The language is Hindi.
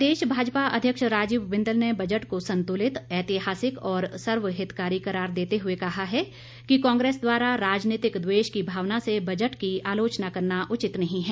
प्रदेश भाजपा अध्यक्ष राजीव बिंदल ने बजट को संतुलित ऐतिहासिक और सर्वहितकारी करार देते हुए कहा है कि कांग्रेस द्वारा राजनीतिक द्वेष की भावना से बजट की आलोचना करना उचित नहीं है